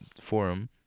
forum